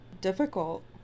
difficult